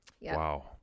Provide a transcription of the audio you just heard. Wow